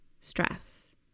stress